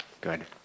Good